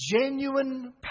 genuine